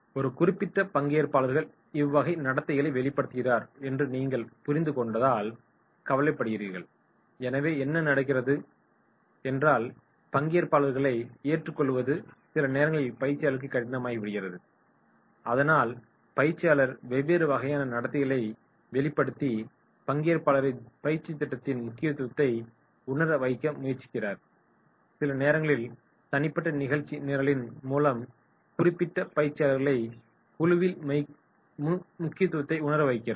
ஒரு குறிப்பிட்ட பங்கேற்பாளர்கள் இவ்வகை நடத்தைகளைக் வெளிப்படுத்துகிறார் என்று நீங்கள் புரிந்து கொண்டதால் கவலைப்படுகிறீர்கள் எனவே என்ன நடக்கிறது என்றால் பங்கேற்பாளர்களை ஏற்றுக்கொள்வது சில நேரங்களில் பயிற்சியாளருக்கு கடினமாகிவிகிறது அதனால் பயிற்சியாளர் வெவ்வேறு வகையான நடத்தைகளைக் வெளிப்படுத்தி பங்கேற்பாளரை பயிற்சி திட்டத்தின் முக்கியத்துவத்தை உணர வைக்க முயற்சிக்கிறார் சில நேரங்களில் தனிப்பட்ட நிகழ்ச்சி நிரலின் மூலம் குறிப்பிட்ட பங்கேற்பாளர்களை குழுவின் முக்கியத்துவத்தை உணர வைக்கிறார்